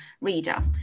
reader